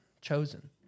Chosen